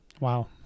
wow